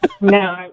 no